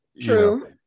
True